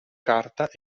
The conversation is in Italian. carta